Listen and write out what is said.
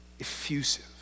effusive